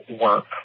work